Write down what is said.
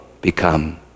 become